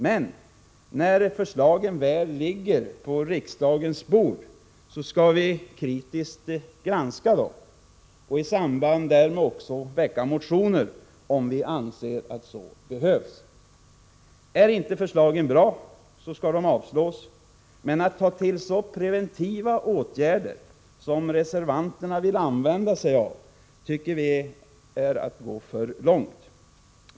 Men när förslagen väl ligger på riksdagens bord skall vi kritiskt granska dem och i samband därmed också väcka motioner om vi anser att så behövs. Är inte förslaget bra skall det avslås, men att ta till så preventiva åtgärder som reservanterna vill använda tycker vi är att gå för långt.